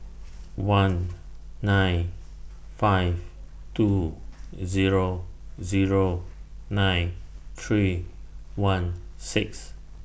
one nine five two Zero Zero nine three one six